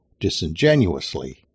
disingenuously